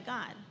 God